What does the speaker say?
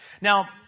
Now